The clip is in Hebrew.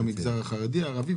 במגזר החרדי והערבי,